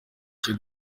cyo